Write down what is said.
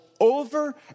over